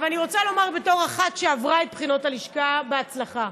בתור אחת שעברה את בחינות הלשכה בהצלחה,